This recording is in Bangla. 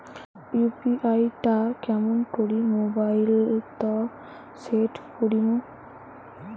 ইউ.পি.আই টা কেমন করি মোবাইলত সেট করিম?